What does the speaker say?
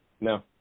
no